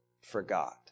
forgot